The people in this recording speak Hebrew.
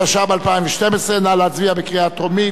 התשע"ב 2012. נא להצביע בקריאה טרומית.